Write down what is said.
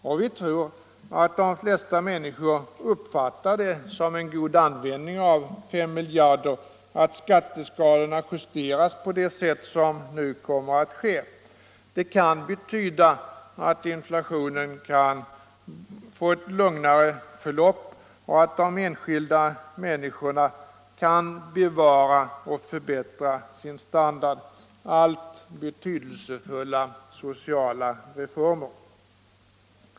Och vi tror att de flesta människor uppfattar det som en god användning av 5 miljarder kronor att skatteskalorna justeras på det sätt som nu kommer att ske. Det kan betyda att inflationen får ett lugnare förlopp och att de enskilda människorna kan bevara och förbättra sin standard, allt betydelsefulla sociala reformer.